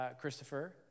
Christopher